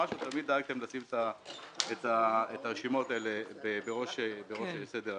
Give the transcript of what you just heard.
תמיד דאגתם לשים את הרשימות האלה בראש סדר-היום